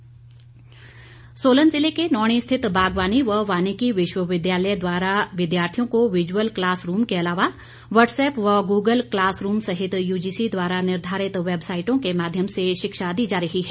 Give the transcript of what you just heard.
online पढाई सोलन जिले के नौणी स्थित बागवानी व वाणिकी विश्वविद्यालय द्वारा विद्यार्थियों को विजूअल क्लास रूम के अलावा वाट्सएप्प व गूगल क्लास रूम सहित यूजीसी द्वारा निर्धारित वैबसाईटों के माध्यम से शिक्षा दी जा रही है